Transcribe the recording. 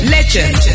Legend